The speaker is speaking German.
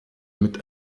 mit